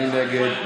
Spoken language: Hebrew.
מי נגד?